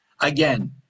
again